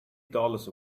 dollars